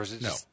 No